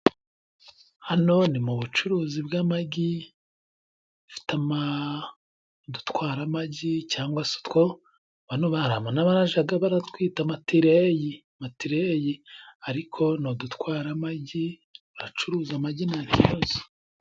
Hano ni mu bucuruzi bwamagi bafite udutwaramagi cyangwa se utwo b hari n'abajaga baratwita amatereyi mateleyi, ariko dutwara amagi bacuruza, amagi nta kibazo.